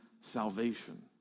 salvation